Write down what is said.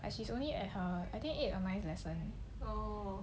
and she's only at her I think eight or nine lesson